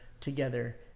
together